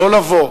לא לבוא,